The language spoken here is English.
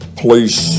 police